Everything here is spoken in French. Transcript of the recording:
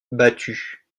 battu